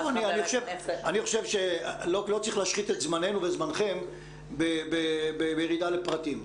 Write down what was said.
לא צריך להשחית את זמננו וזמנכם בירידה לפרטים.